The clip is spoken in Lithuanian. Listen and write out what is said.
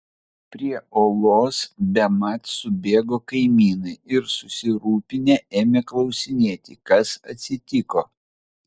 prie olos bemat subėgo kaimynai ir susirūpinę ėmė klausinėti kas atsitiko